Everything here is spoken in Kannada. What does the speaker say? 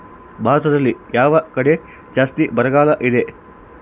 ಭಾರತದಲ್ಲಿ ಯಾವ ಕಡೆ ಜಾಸ್ತಿ ಬರಗಾಲ ಇದೆ?